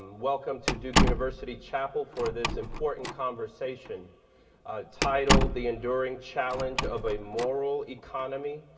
welcome to duke university chapel for this important conversation titleed the endure ing challenge of a moral economy.